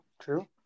True